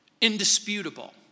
indisputable